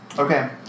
Okay